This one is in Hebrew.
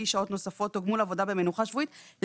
שעות נוספות או גמול עבודה במנוחה שבועית,